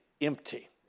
empty